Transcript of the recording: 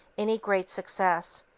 any great success,